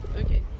Okay